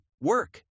work